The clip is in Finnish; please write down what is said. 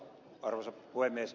arvoisa puhemies